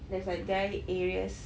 there's like dry areas